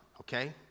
okay